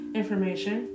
information